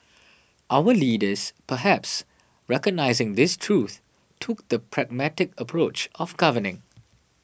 our leaders perhaps recognising this truth took the pragmatic approach of governing